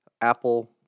Apple